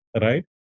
right